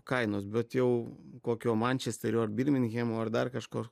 kainos bet jau kokio mančesterio ar birminhemo ar dar kažkur